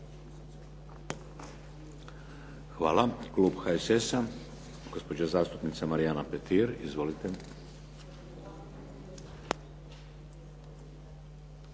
Hvala. Klub HSS-a gospođa zastupnica Marijana Petir. Izvolite.